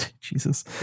Jesus